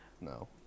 No